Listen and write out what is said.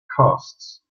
costs